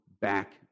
back